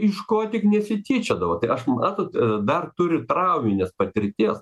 iš ko tik nesityčiodavo tai aš matot dar turiu trauminės patirties